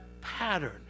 pattern